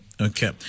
Okay